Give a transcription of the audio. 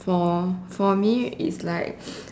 for for me it's like